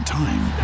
time